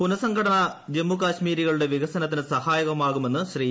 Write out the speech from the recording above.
പുനഃസംഘടന ജമ്മു കശ്മീരികളുടെ വികസനത്തിന് സഹായകരമാകുമെന്ന് ശ്രീ